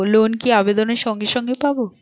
Loan কি আবেদনের সঙ্গে সঙ্গে পাব?